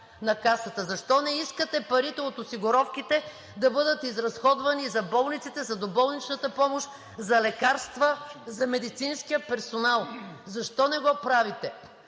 на Касата? Защо не искате парите от осигуровките да бъдат изразходвани за болниците, за доболничната помощ, за лекарства за медицинския персонал? Защо не го правите?!